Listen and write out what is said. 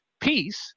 Peace